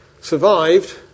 survived